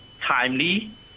timely